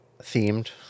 themed